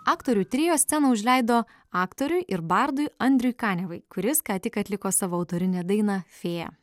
aktorių trio sceną užleido aktoriui ir bardui andriui kaniavai kuris ką tik atliko savo autorinę dainą fėja